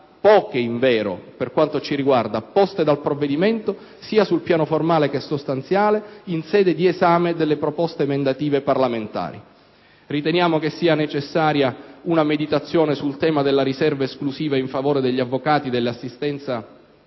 poche, invero, per quanto ci riguarda - poste dal provvedimento sia sul piano formale che sostanziale in sede di esame delle proposte emendative parlamentari. Riteniamo che sia necessaria una meditazione sul tema della riserva esclusiva in favore degli avvocati delle